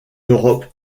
europe